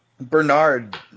Bernard